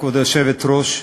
כבוד היושבת-ראש,